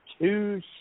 two